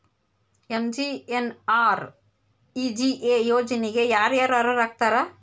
MGNREGA ಯೋಜನೆಗೆ ಯಾರ ಯಾರು ಅರ್ಹರು ಆಗ್ತಾರ?